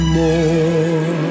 more